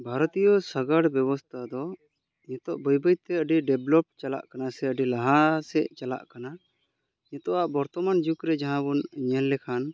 ᱵᱷᱟᱨᱚᱛᱤᱭᱚ ᱥᱟᱜᱟᱲ ᱵᱮᱵᱚᱥᱛᱟ ᱫᱚ ᱱᱤᱛᱚᱜ ᱵᱟᱹᱭ ᱵᱟᱹᱭ ᱛᱮ ᱟᱹᱰᱤ ᱰᱮᱵᱷᱞᱚᱯ ᱪᱟᱞᱟᱜ ᱠᱟᱱᱟ ᱥᱮ ᱟᱹᱰᱤ ᱞᱟᱦᱟ ᱥᱮᱫ ᱪᱟᱞᱟᱜ ᱠᱟᱱᱟ ᱱᱤᱛᱚᱜᱟᱜ ᱵᱚᱨᱛᱚᱢᱟᱱ ᱡᱩᱜᱽ ᱨᱮ ᱡᱟᱦᱟᱸ ᱵᱚᱱ ᱧᱮᱞ ᱞᱮᱠᱷᱟᱱ